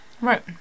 Right